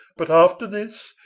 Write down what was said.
but after this,